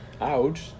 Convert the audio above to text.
Ouch